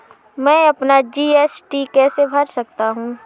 मैं अपना जी.एस.टी कैसे भर सकता हूँ?